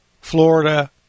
Florida